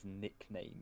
nickname